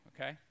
okay